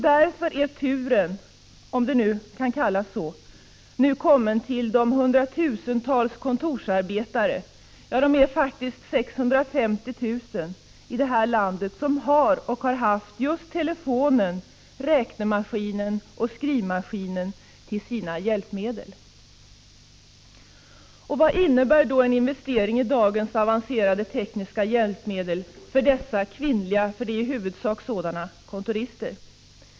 Därför är turen, om man kan säga så, nu kommen till de hundratusentals kontorsarbetare — det rör sig faktiskt om 650 000 kontorsarbetare — i det här landet som har och har haft just telefonen, räknemaskinen och skrivmaskinen som hjälpmedel. Vad innebär då en investering i dagens avancerade tekniska hjälpmedel för dessa kvinnliga — för det är i huvudsak sådana — kontorister?